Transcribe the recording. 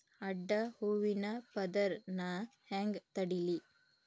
ಅಡ್ಡ ಹೂವಿನ ಪದರ್ ನಾ ಹೆಂಗ್ ತಡಿಲಿ?